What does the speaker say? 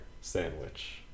sandwich